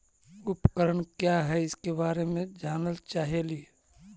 उपकरण क्या है इसके बारे मे जानल चाहेली?